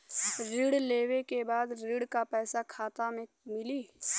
ऋण लेवे के बाद ऋण का पैसा खाता में मिली?